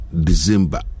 December